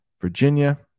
Virginia